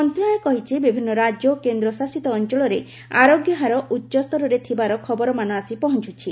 ମନ୍ତ୍ରଣାଳୟ କହିଛି ବିଭିନ୍ନ ରାଜ୍ୟ ଓ କେନ୍ଦ୍ରଶାସିତ ଅଞ୍ଚଳରେ ଆରୋଗ୍ୟ ହାର ଉଚ୍ଚସ୍ତରରେ ଥିବାର ଖବରମାନ ଆସି ପହଞ୍ଚୁଛି